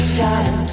time